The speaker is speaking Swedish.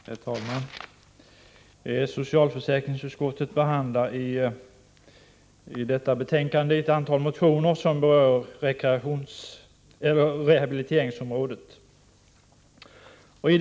Herr talman! Socialförsäkringsutskottet behandlar i betänkande 3 ett antal motioner som rör rehabiliteringsområdet.